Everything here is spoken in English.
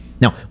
Now